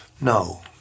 No